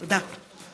תודה.